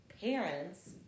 parents